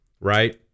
right